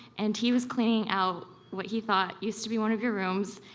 and he was cleaning out what he thought used to be one of your rooms,